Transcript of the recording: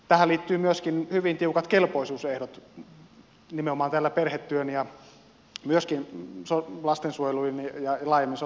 tähän liittyvät myöskin hyvin tiukat kelpoisuusehdot nimenomaan perhetyön ja myöskin lastensuojelun ja laajemmin sosiaalityön puolella